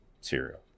cereal